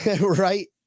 right